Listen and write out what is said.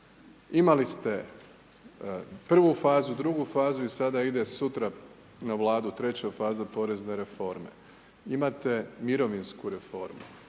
imali ste prvu fazu, drugu fazu i sada ide sutra na Vladu treća faza porezne reforme. Imate mirovinsku reformu,